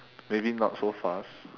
maybe not so fast